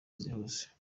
zihuse